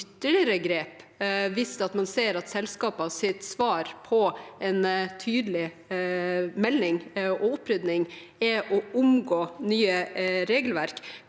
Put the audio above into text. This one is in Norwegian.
ytterligere grep hvis man ser at selskapenes svar på en tydelig melding og opprydning er å omgå nye regelverk.